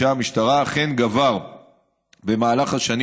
הבקשות שמגישה המשטרה אכן גבר במהלך השנים,